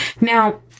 Now